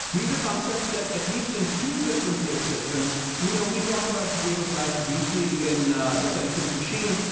these are concepts that, at least in two different places and we you know we talk about the game of life briefly in the sentient machine,